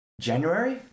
January